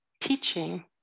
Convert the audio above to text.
teaching